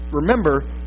Remember